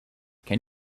can